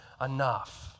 enough